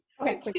Okay